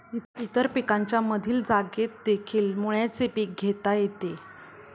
इतर पिकांच्या मधील जागेतदेखील मुळ्याचे पीक घेता येते